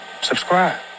subscribe